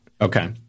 Okay